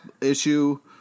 issue